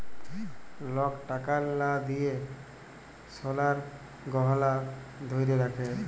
lock টাকার লা দিঁয়ে সলার গহলা ধ্যইরে রাখে